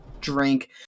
drink